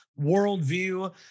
worldview